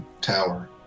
tower